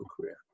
career